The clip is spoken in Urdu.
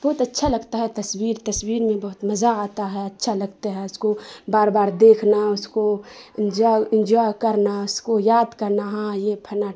بہت اچھا لگتا ہے تصویر تصویر میں بہت مزہ آتا ہے اچھا لگتا ہے اس کو بار بار دیکھنا اس کو انجوائے انجوائے کرنا اس کو یاد کرنا ہاں یہ فلاں